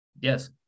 Yes